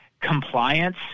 Compliance